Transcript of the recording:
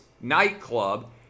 nightclub